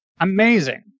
amazing